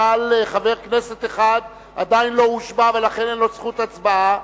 אבל חבר כנסת אחד עדיין לא הושבע ולכן אין לו זכות הצבעה,